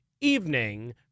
evening